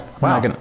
Wow